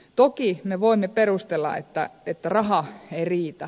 toki me voimme perustella että raha ei riitä